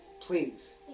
Please